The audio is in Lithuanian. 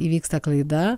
įvyksta klaida